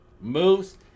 moves